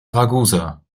ragusa